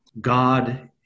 God